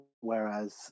whereas